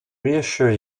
reassure